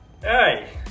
Hey